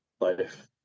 life